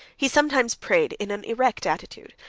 he sometimes prayed in an erect attitude,